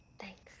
Thanks